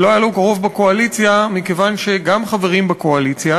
ולא היה לו רוב בקואליציה מכיוון שגם חברים בקואליציה,